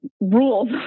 rules